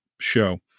show